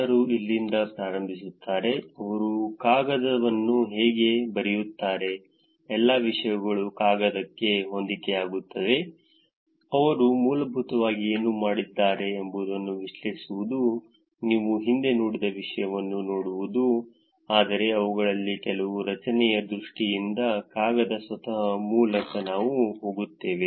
ಜನರು ಎಲ್ಲಿಂದ ಪ್ರಾರಂಭಿಸುತ್ತಾರೆ ಅವರು ಕಾಗದವನ್ನು ಹೇಗೆ ಬರೆಯುತ್ತಾರೆ ಎಲ್ಲಾ ವಿಷಯಗಳು ಕಾಗದಕ್ಕೆ ಹೊಂದಿಕೆಯಾಗುತ್ತವೆ ಅವರು ಮೂಲಭೂತವಾಗಿ ಏನು ಮಾಡಿದ್ದಾರೆ ಎಂಬುದನ್ನು ವಿಶ್ಲೇಷಿಸುವುದು ನೀವು ಹಿಂದೆ ನೋಡಿದ ವಿಷಯವನ್ನು ನೋಡುವುದು ಆದರೆ ಅವುಗಳಲ್ಲಿ ಕೆಲವು ರಚನೆಯ ದೃಷ್ಟಿಯಿಂದ ಕಾಗದ ಸ್ವತಃ ಮೂಲಕ ನಾವು ಹೋಗುತ್ತೇವೆ